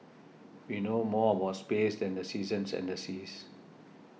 we know more about space than the seasons and the seas